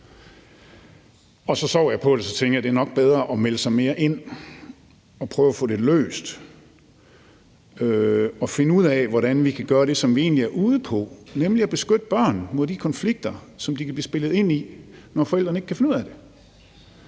Så sov jeg på det, og så tænkte jeg, at det nok er bedre at melde sig mere ind og prøve at få det løst og finde ud af, hvordan vi kan gøre det, som vi egentlig er ude på, nemlig at beskytte børn mod de konflikter, som de kan blive spillet ind i, når forældrene ikke kan finde ud af det.